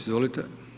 Izvolite.